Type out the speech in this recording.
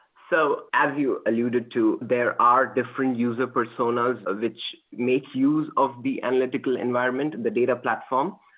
so as you alluded to, there are different user personas which make use of the analytical environment, and the data platform.